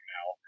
Now